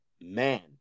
man